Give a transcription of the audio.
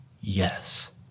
Yes